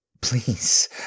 Please